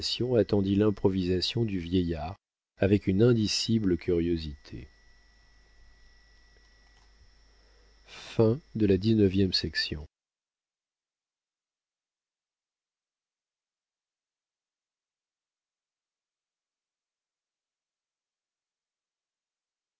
attendit l'improvisation du vieillard avec une indicible curiosité